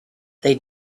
they